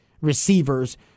receivers